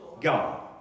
God